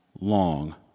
long